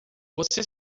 você